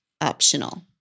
optional